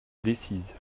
decize